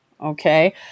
Okay